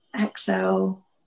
Exhale